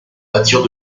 attire